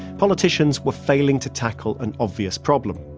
politicians were failing to tackle an obvious problem.